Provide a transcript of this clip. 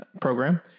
program